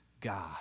God